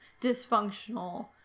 dysfunctional